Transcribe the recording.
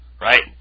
right